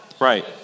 Right